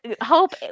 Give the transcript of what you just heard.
hope